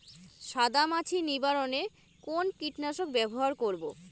সাদা মাছি নিবারণ এ কোন কীটনাশক ব্যবহার করব?